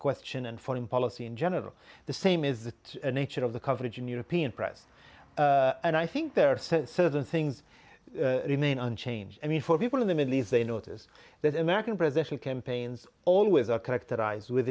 question and foreign policy in general the same is the nature of the coverage in european press and i think there are certain things remain unchanged i mean for people in the middle east they notice that american presidential campaigns always are characterized with